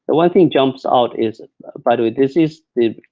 but one thing jumps out is, by the way, this is the